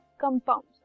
compounds